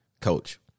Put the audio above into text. coach